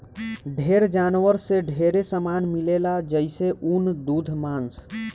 ढेर जानवर से ढेरे सामान मिलेला जइसे ऊन, दूध मांस